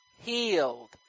healed